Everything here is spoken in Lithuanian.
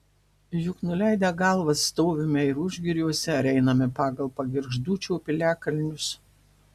juk nuleidę galvas stovime ir užgiriuose ar einame pagal pagirgždūčio piliakalnius